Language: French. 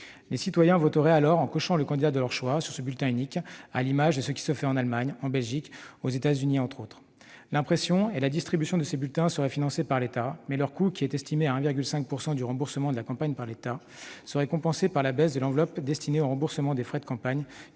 Les citoyens voteraient alors en cochant le candidat de leur choix sur ce bulletin unique, à l'image de ce qui se fait en Allemagne, en Belgique et aux États-Unis. L'impression et la distribution de ces bulletins seraient financées par l'État, mais leur coût, qui est estimé à 1,5 % du remboursement de la campagne par l'État, serait compensé par la baisse de l'enveloppe destinée au remboursement des frais de campagne,